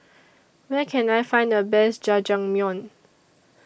Where Can I Find The Best Jajangmyeon